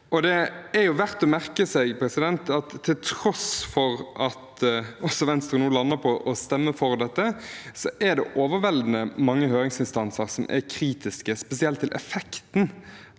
Det er verdt å merke seg at til tross for at også Venstre nå lander på å stemme for dette, er det overveldende mange høringsinstanser som er kritiske, spesielt til effekten